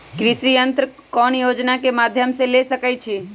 कृषि यंत्र कौन योजना के माध्यम से ले सकैछिए?